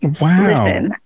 Wow